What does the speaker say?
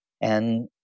And-